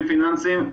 פיננסיים,